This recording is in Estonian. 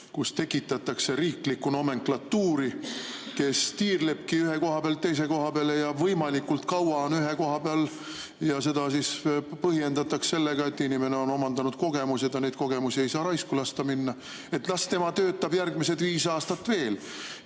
Tekitatakse riiklikku nomenklatuuri, kes tiirleb ühe koha pealt teise koha peale ja võimalikult kaua on ühe koha peal. Seda põhjendatakse sellega, et inimene on omandanud kogemusi ja neid kogemusi ei saa raisku lasta minna. Las tema töötab järgmised viis aastat veel